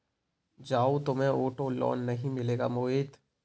जाओ, तुम्हें auto loan नहीं मिलेगा मोहित